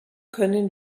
können